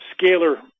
scalar